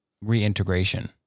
reintegration